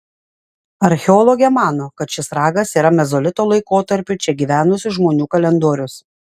archeologė mano kad šis ragas yra mezolito laikotarpiu čia gyvenusių žmonių kalendorius